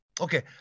Okay